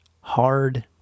Hard